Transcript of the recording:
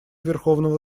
верховного